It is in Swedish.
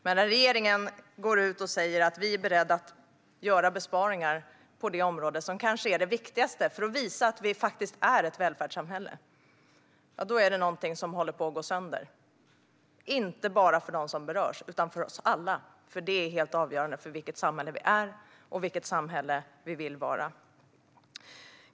Men när regeringen går ut och säger att man är beredd att göra besparingar på det område som kanske är det viktigaste för att visa att vi är ett välfärdssamhälle, då är det någonting som håller på att gå sönder, inte bara för dem som berörs utan för oss alla, för det är helt avgörande för vilket samhälle vi är och vill vara.